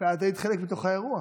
ואת היית חלק בתוך באירוע,